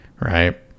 right